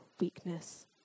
weakness